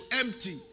empty